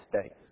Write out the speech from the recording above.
States